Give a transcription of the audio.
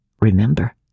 remember